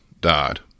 died